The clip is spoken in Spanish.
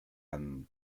and